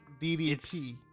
DDP